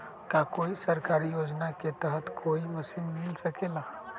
का कोई सरकारी योजना के तहत कोई मशीन मिल सकेला?